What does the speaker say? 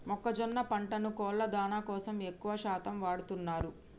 మొక్కజొన్న పంటను కోళ్ళ దానా కోసం ఎక్కువ శాతం వాడుతున్నారు